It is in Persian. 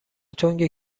تنگ